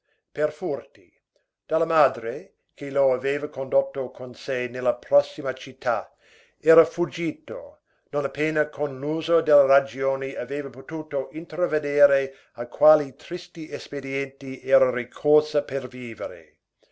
per furti dalla madre che lo aveva condotto con sé nella prossima città era fuggito non appena con l'uso della ragione aveva potuto intravedere a quali tristi espedienti era ricorsa per vivere